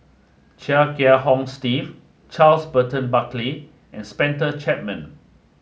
Chia Kiah Hong Steve Charles Burton Buckley and Spencer Chapman